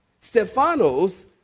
Stephanos